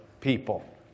people